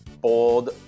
bold